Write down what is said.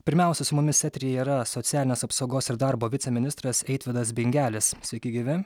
pirmiausia su mumis eteryje yra socialinės apsaugos ir darbo viceministras eitvydas bingelis sveiki gyvi